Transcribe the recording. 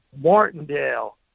Martindale